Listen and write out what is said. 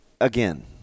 again